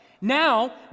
Now